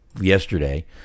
yesterday